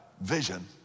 vision